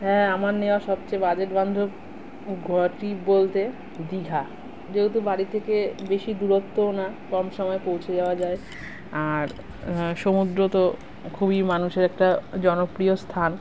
হ্যাঁ আমার নেওয়া সবচেয়ে বাজেট বান্ধব ঘোরা ট্রিপ বলতে দীঘা যেহেতু বাড়ি থেকে বেশি দূরত্বও না কম সময়ে পৌঁছে যাওয়া যায় আর সমুদ্র তো খুবই মানুষের একটা জনপ্রিয় স্থান